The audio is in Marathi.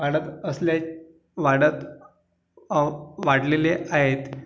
वाढत असल्याचे वाढत वाढलेले आहेत